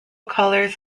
colors